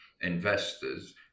investors